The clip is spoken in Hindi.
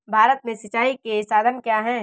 भारत में सिंचाई के साधन क्या है?